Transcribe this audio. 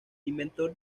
inventor